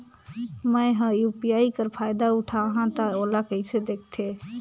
मैं ह यू.पी.आई कर फायदा उठाहा ता ओला कइसे दखथे?